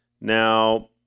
Now